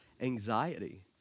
anxiety